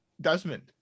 Desmond